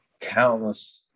countless